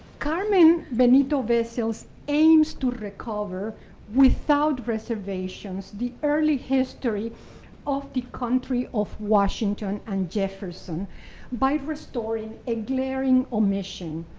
carmen benito-vessels aims to recover without reservations the early history of the country of washington and jefferson by restoring a glaring omission,